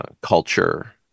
culture